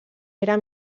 era